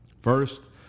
First